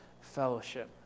fellowship